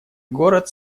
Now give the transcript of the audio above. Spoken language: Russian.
город